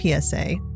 PSA